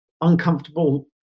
uncomfortable